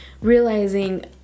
realizing